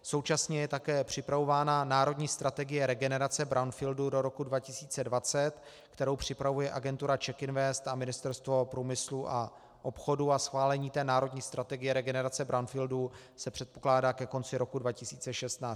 Současně je také připravována národní strategie regenerace brownfieldů do roku 2020, kterou připravuje agentura CzechInvest a Ministerstvo průmyslu a obchodu, a schválení té národní strategie regenerace brownfieldů se předpokládá ke konci roku 2016.